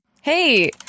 Hey